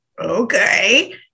okay